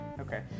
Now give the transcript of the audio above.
Okay